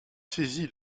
saisi